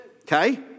Okay